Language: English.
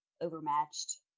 overmatched